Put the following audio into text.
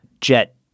jet